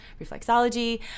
reflexology